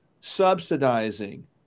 subsidizing